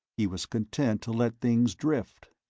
he was content to let things drift.